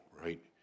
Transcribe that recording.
right